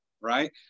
right